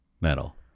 metal